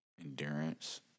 endurance